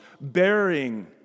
bearing